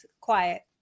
quiet